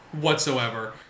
whatsoever